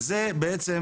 וזה בעצם,